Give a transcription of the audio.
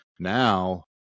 Now